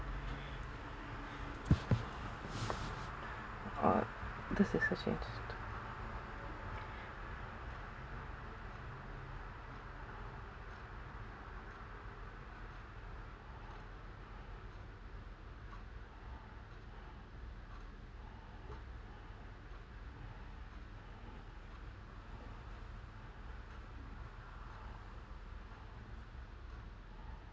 ah this is